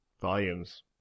volumes